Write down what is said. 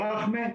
ברח'מה,